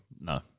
no